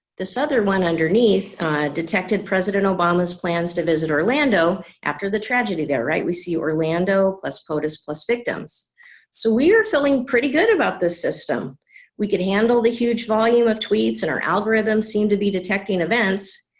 this other one underneath detected president obama's plans to visit orlando after the tragedy there. right we see orlando plus potus plus victims so we are feeling pretty good about this system we can handle the huge volume of tweets and our algorithms seem to be detecting events.